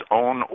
own